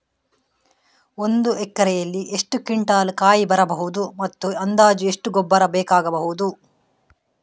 ಒಂದು ಎಕರೆಯಲ್ಲಿ ಎಷ್ಟು ಕ್ವಿಂಟಾಲ್ ಕಾಯಿ ಬರಬಹುದು ಮತ್ತು ಅಂದಾಜು ಎಷ್ಟು ಗೊಬ್ಬರ ಬೇಕಾಗಬಹುದು?